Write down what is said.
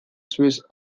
swiss